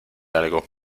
algo